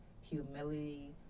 humility